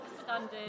standard